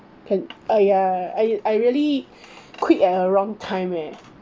can !aiya! I I really quit at a wrong time eh